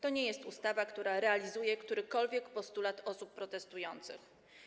To nie jest ustawa, która realizuje którykolwiek postulat osób protestujących.